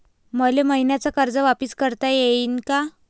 मले मईन्याचं कर्ज वापिस करता येईन का?